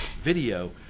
video